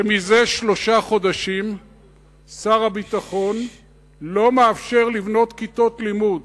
שזה שלושה חודשים שר הביטחון לא מאפשר לבנות כיתות לימוד